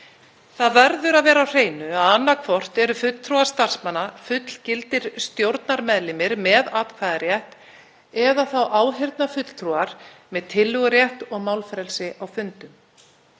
Það verður að vera á hreinu að annaðhvort eru fulltrúar starfsmanna fullgildir stjórnarmeðlimir með atkvæðisrétt eða þá áheyrnarfulltrúar með tillögurétt og málfrelsi á fundum.